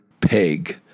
peg